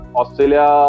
Australia